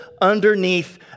underneath